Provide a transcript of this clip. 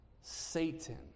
Satan